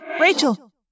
Rachel